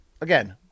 again